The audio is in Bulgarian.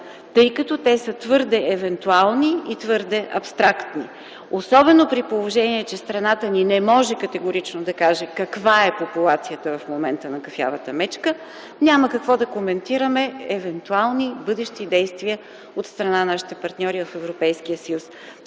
тъй като те са твърде евентуални и твърде абстрактни. Особено при положение, че страната ни не може категорично да каже каква е популацията на кафявата мечка в момента, няма какво да коментираме евентуални бъдещи действия от страна на нашите партньори от Европейския съюз.